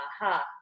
aha